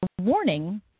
warning